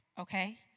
okay